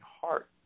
heart